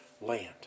land